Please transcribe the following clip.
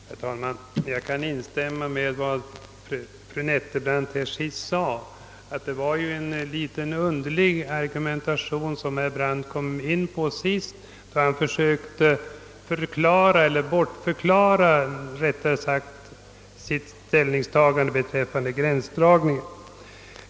Herr talman! Jag kan instämma i fru Nettelbrandts uttalande att det var en något underlig argumentering som herr Brandt framförde, då han försökte förklara eller rättare sagt bortförklara sitt ställningstagande beträffande gränsdragningen.